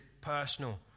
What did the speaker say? personal